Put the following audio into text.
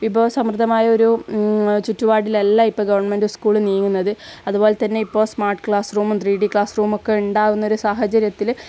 വിഭവ സമൃദ്ധമായ ഒരു ചുറ്റുപാടിൽ അല്ല ഇപ്പോൾ ഗവൺമെൻ്റ് സ്കൂൾ നീങ്ങുന്നത് അതുപോലെ തന്നെ ഇപ്പോൾ സ്മാർട്ട് ക്ലാസ് റൂമും ത്രീഡി ക്ലാസ്സ് റൂമും ഒക്കെ ഉണ്ടാകുന്ന ഒരു സാഹചര്യത്തിൽ